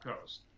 Coast